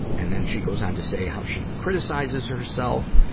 and then she goes on to say how she criticizes herself,